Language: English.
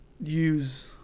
use